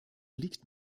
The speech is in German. liegt